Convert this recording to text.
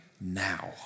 now